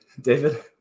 david